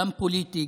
גם פוליטי,